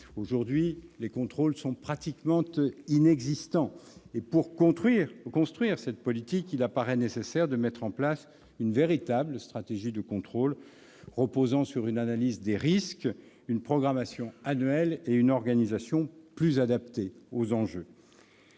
Aujourd'hui, les contrôles sont pratiquement inexistants. Pour construire cette politique, il apparaît nécessaire de mettre en place une véritable stratégie de contrôle, reposant sur une analyse des risques, une programmation annuelle et une organisation plus adaptée aux enjeux.